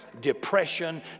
depression